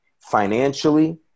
Financially